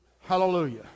Hallelujah